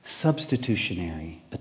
Substitutionary